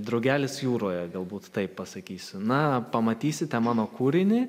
drugelis jūroje galbūt taip pasakysiu na pamatysite mano kūrinį